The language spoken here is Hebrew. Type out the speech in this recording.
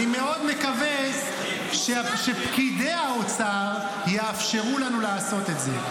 אני מאוד מקווה שפקידי האוצר יאפשרו לנו לעשות את זה.